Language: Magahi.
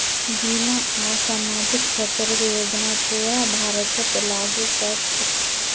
बीमा आर सामाजिक क्षेतरेर योजना पूरा भारतत लागू क र छेक